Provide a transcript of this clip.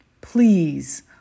please